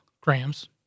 grams